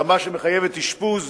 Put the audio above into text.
ברמה שמחייבת אשפוז,